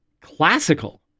classical